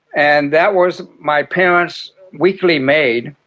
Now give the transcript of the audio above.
and that was my parents' weekly maid,